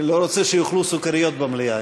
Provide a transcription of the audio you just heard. אני לא רוצה שיאכלו סוכריות במליאה,